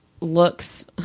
looks